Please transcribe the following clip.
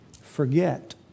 forget